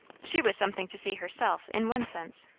she was something to see herself, in one sense,